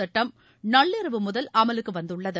சட்டம் நள்ளிரவு முதல் அமலுக்கு வந்துள்ளது